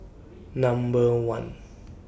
Number one